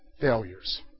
failures